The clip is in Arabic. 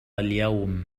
اليوم